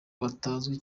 batazwi